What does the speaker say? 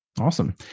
Awesome